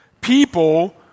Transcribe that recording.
people